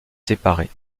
séparé